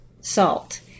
salt